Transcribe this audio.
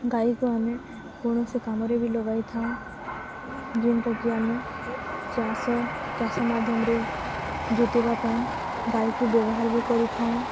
ଗାଈକୁ ଆମେ କୌଣସି କାମରେ ବି ଲଗାଇଥାଉ ଯେଉଁଟାକି ଆମେ ଚାଷ ଚାଷ ମାଧ୍ୟମରେ ଜୋତିବା ପାଇଁ ଗାଈକୁ ବ୍ୟବହାର ବି କରିଥାଉ